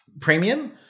premium